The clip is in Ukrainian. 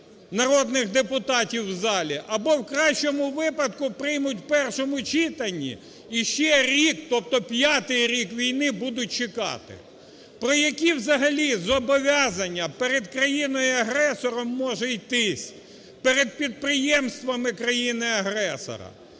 народних депутатів в залі, або в кращому випадку приймуть в першому читанні і ще рік, тобто п'ятий рік війни, будуть чекати. Про які взагалі зобов'язання перед країною-агресором може йтись, перед підприємствами країни-агресора?